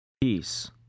peace